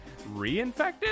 Reinfected